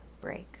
break